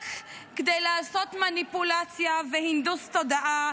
רק כדי לעשות מניפולציה והנדוס תודעה